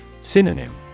Synonym